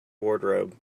wardrobe